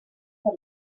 per